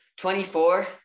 24